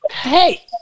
Hey